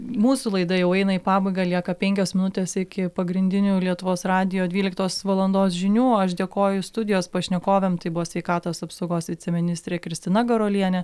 mūsų laida jau eina į pabaigą lieka penkios minutės iki pagrindinių lietuvos radijo dvyliktos valandos žinių aš dėkoju studijos pašnekovėm tai buvo sveikatos apsaugos viceministrė kristina garuolienė